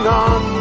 on